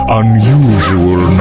unusual